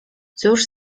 cóż